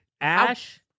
Ash